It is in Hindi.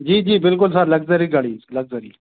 जी जी बिल्कुल सर लक्ज़री गाड़ी लक्ज़री